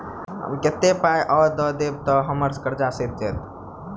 हम कतेक पाई आ दऽ देब तऽ हम्मर सब कर्जा सैध जाइत?